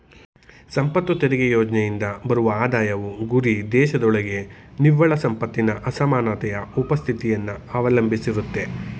ಸಂಪತ್ತು ತೆರಿಗೆ ಯೋಜ್ನೆಯಿಂದ ಬರುವ ಆದಾಯವು ಗುರಿದೇಶದೊಳಗೆ ನಿವ್ವಳ ಸಂಪತ್ತಿನ ಅಸಮಾನತೆಯ ಉಪಸ್ಥಿತಿಯನ್ನ ಅವಲಂಬಿಸಿರುತ್ತೆ